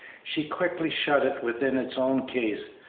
she quickly shut it within its own case,